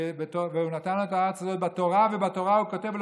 והוא נתן לנו את הארץ הזו בתורה, ובתורה הוא כותב: